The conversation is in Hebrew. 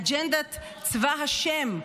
אג'נדת צבא השם,